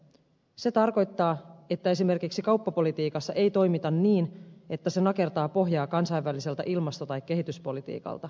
se tarkoittaa että esimerkiksi kauppapolitiikassa ei toimita niin että se nakertaa pohjaa kansainväliseltä ilmasto tai kehityspolitiikalta